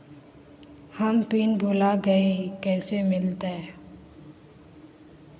हम पिन भूला गई, कैसे मिलते?